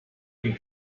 dem